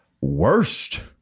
worst